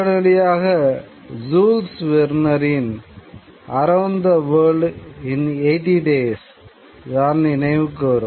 உடனடியாக ஜூல்ஸ் வெர்னின் 'around the world in eighty days' தான் நினைவுக்கு வரும்